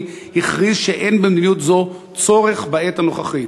הכריז שאין במדיניות זו צורך בעת הנוכחית.